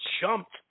jumped